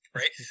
right